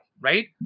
Right